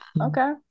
okay